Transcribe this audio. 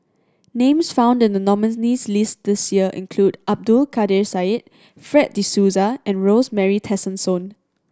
names found in the nominees' list this year include Abdul Kadir Syed Fred De Souza and Rosemary Tessensohn